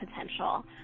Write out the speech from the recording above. potential